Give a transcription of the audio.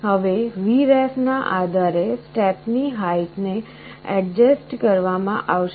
હવે Vref ના આધારે સ્ટેપ ની હાઈટ ને એડજસ્ટ કરવામાં આવશે